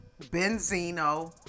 Benzino